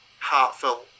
heartfelt